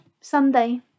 Sunday